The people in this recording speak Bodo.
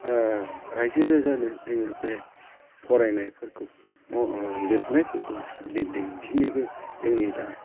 राइजो राजानो जोङो बे फरायनायफोरखौ लिरनायफोरखौ दिन्थिनिबो जोंनि दा